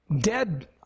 dead